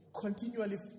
continually